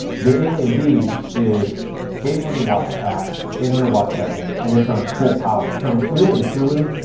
the alienbees is eight hundred watt pack, eight hundred watt second, and it's on full power. so really and truly,